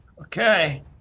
Okay